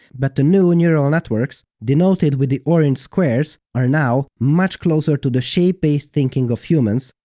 but the new and neural networks, denoted with the orange squares, are now much closer to the shape-based thinking of humans,